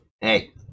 Hey